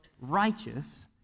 righteous